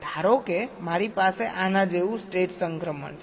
ધારો કે મારી પાસે આના જેવું સ્ટેટ સંક્રમણ છે